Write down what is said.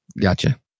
Gotcha